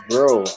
Bro